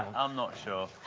i'm not sure.